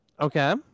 Okay